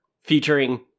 featuring